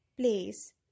Place